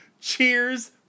cheers